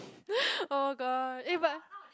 oh god eh but